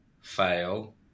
fail